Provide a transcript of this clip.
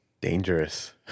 Dangerous